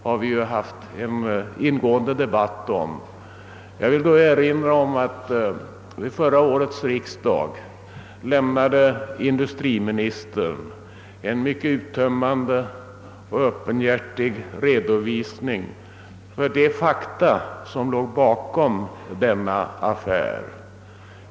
Jag vill erinra om att industriministern vid förra årets riksdag gav en mycket uttömmande och öppenhjärtig redovisning för de fakta som låg bakom denna affär.